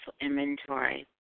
inventory